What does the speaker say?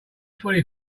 fully